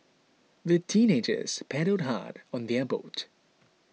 the teenagers paddled hard on their boat